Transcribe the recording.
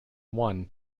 won